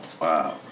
wow